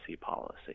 policy